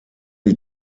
die